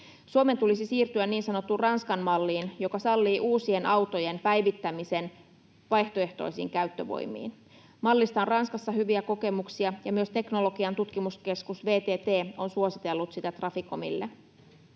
Suomen tulisi siirtyä niin sanottuun Ranskan-malliin, joka sallii uusien autojen päivittämisen vaihtoehtoisiin käyttövoimiin. Mallista on Ranskassa hyviä kokemuksia, ja myös Teknologian tutkimuskeskus VTT on suositellut sitä Traficomille.